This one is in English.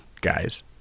guys